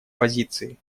позиции